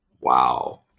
Wow